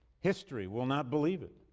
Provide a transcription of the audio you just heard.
history will not believe it.